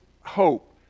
hope